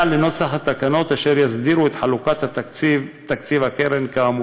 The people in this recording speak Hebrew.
לנוסח התקנות אשר יסדירו את חלוקת תקציב הקרן כאמור.